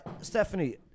Stephanie